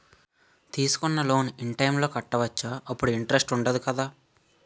తీసుకున్న loan in time లో కట్టవచ్చ? అప్పుడు ఇంటరెస్ట్ వుందదు కదా?